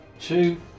two